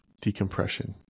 decompression